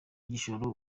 igishoro